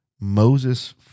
Moses